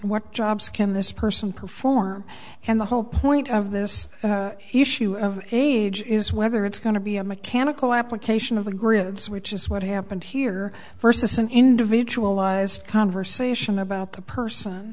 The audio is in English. what jobs can this person perform and the whole point of this issue of age is whether it's going to be a mechanical application of the griots which is what happened here versus an individualized conversation about the person